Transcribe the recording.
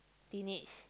teenage